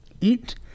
Eat